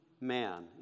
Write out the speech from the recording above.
man